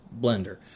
blender